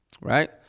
right